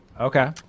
Okay